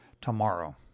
tomorrow